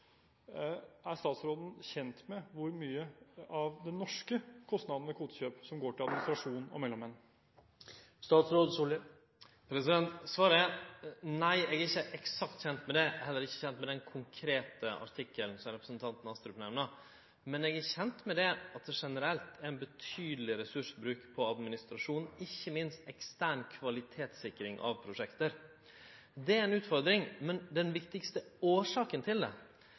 Er statsråden kjent med hvor mye av de norske kostnadene ved kvotekjøp som går til administrasjon og mellommenn? Svaret er nei. Eg er ikkje eksakt kjend med det. Eg er heller ikkje kjend med den konkrete artikkelen som representanten Astrup nemner, men eg er kjend med at det generelt er ein betydeleg ressursbruk på administrasjon, ikkje minst på ekstern kvalitetssikring av prosjekt. Det er ei utfordring, men den viktigaste årsaka til det